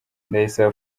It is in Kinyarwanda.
ndayisaba